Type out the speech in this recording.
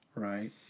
Right